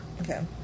Okay